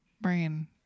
brain